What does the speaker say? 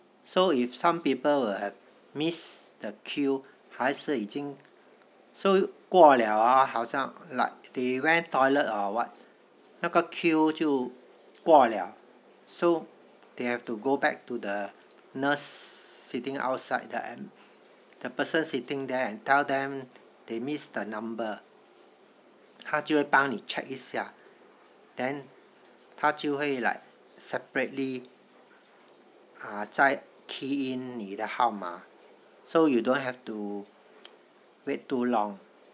so if some people will miss the queue 还是已经 so 过了 hor 好像 like they went toilet or what 那个 queue 就过了 so they have to go back to the nurse sitting outside the person sitting there and tell them they missed the number 他就会帮你 check 一下 then 他就会 like separately err 再 key in 你的号码 so you don't have to wait too long